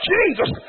Jesus